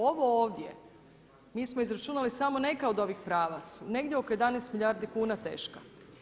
Ovo ovdje, mi smo izračunali samo neka od ovih prava su negdje oko 11 milijardi kuna teška.